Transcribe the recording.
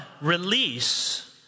release